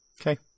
okay